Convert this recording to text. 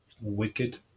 Wicked